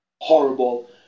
horrible